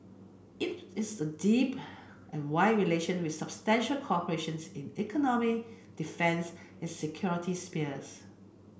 it is a deep and wide relation with substantial cooperation in economic defence and security spheres